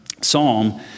psalm